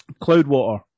Cloudwater